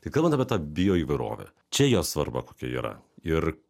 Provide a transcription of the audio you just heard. tai kalbant apie tą bioįvairovę čia jos svarba kokia yra ir